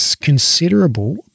considerable